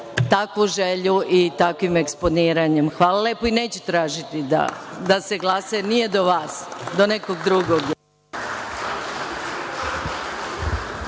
takvu želju i takvim eksponiranjem. Hvala lepo, neću tražiti da se glasa, jer nije do vas, do nekog drugog.